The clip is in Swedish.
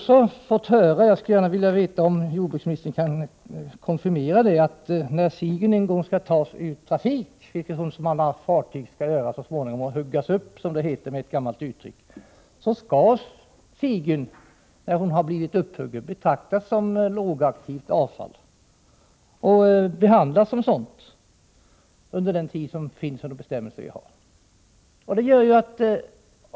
Sedan skulle jag vilja veta om jordbruksministern kan konfirmera vad vi fått höra om vad som kommer att ske när Sigyn så småningom, liksom alla andra fartyg, skall tas ur trafik och ”huggas upp”, som det heter med ett gammalt uttryck. Sigyn skall, när hon blivit upphuggen, betraktas som lågaktivt avfall och behandlas som sådant under den tid som våra bestämmelser föreskriver.